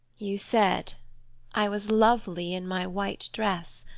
you said i was lovely in my white dress,